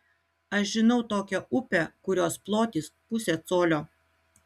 aš žinau tokią upę kurios plotis pusė colio